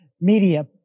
media